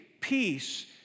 peace